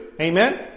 Amen